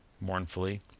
mournfully